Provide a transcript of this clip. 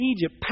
Egypt